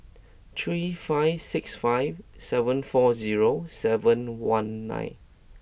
three five six five seven four zero seven one nine